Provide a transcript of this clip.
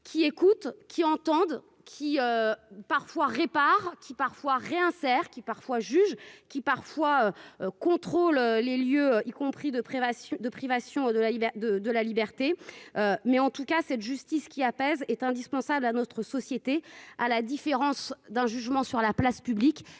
qui écoutent, qui entendent qui parfois répare qui parfois réinsère qui parfois juge qui parfois contrôle les lieux, y compris de privation de privation de liberté, de de la liberté, mais en tout cas cette justice qui apaise est indispensable à notre société, à la différence d'un jugement sur la place publique